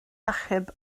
achub